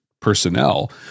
personnel